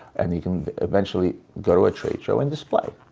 and you can eventually go to a trade show and display.